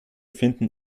finden